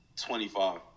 25